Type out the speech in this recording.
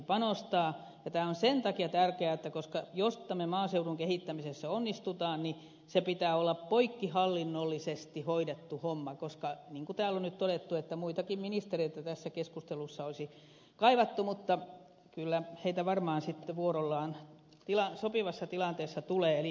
tämä on sen takia tärkeää että jos tämän maaseudun kehittämisessä onnistutaan niin sen pitää olla poikkihallinnollisesti hoidettu homma niin kuin täällä on nyt todettu muitakin ministereitä tässä keskustelussa olisi kaivattu mutta kyllä heitä varmaan sitten vuorollaan sopivassa tilanteessa tulee eli yhteistyötähän me hallituksessa teemme